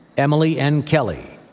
emily n. kelly,